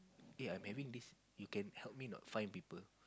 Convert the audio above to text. eh I'm having this you can help me a not find people